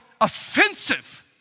offensive